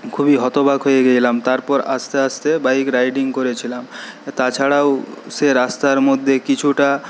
খুবই হতবাক হয়ে গেলাম তারপর আস্তে আস্তে বাইক রাইডিং করেছিলাম তাছাড়াও সে রাস্তার মধ্যে কিছুটা